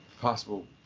possible